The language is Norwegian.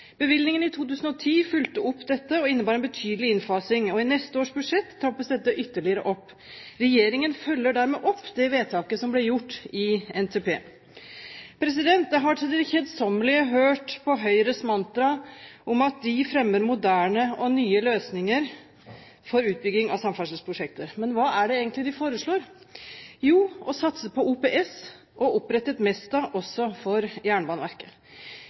Bevilgningene i 2010 fulgte opp dette og innebar en betydelig innfasing, og i neste års budsjett trappes dette ytterligere opp. Regjeringen følger dermed opp det vedtaket som ble gjort i NTP. Jeg har til det kjedsommelige hørt på Høyres mantra om at de fremmer moderne og nye løsninger for utbygging av samferdselsprosjekter. Men hva er det egentlig de foreslår? Jo, å satse på OPS og opprette et Mesta også for Jernbaneverket